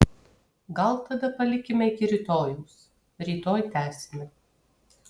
gal tada palikime iki rytojaus rytoj tęsime